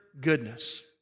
goodness